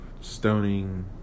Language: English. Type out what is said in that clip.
stoning